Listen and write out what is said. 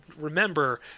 remember